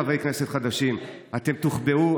חברי כנסת חדשים: אתם תוחבאו,